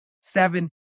seven